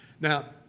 now